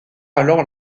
alors